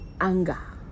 anger